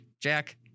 Jack